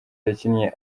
yakinnye